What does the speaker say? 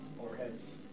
overheads